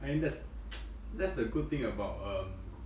I mean that's that's the good thing about um